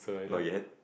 not yet